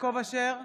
יעקב אשר,